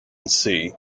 sea